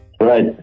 Right